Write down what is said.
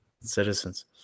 citizens